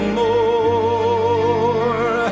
more